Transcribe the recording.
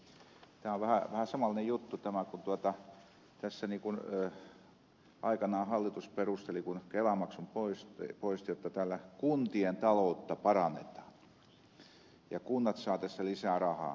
tämä on vähän samanlainen juttu tämä kun tässä aikanaan hallitus perusteli kun kelamaksun poisti jotta tällä kuntien taloutta parannetaan ja kunnat saavat tässä lisää rahaa